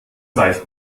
reicht